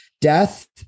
Death